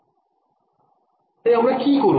তাই আমরা কি করব